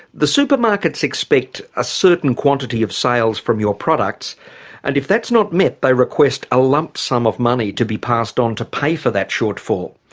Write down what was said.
the supermarkets expect a certain quantity of sales from your products and if that is not met they request a lump sum of money to be passed on to pay for that shortfall.